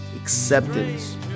acceptance